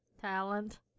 Talent